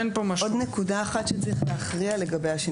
עוד נקודה אחת שצריך להכריע לגביה,